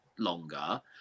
longer